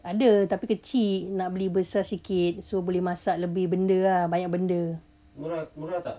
ada tapi kecil nak beli besar sikit so boleh masak lebih benda ah banyak benda